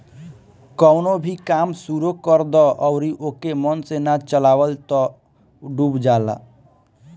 कवनो भी काम शुरू कर दअ अउरी ओके मन से ना चलावअ तअ उ डूब जाला